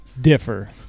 differ